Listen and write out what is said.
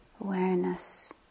Awareness